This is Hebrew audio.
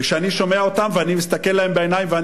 וכשאני שומע אותם ואני מסתכל עליהם בעיניים אני